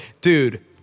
Dude